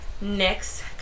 next